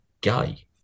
gay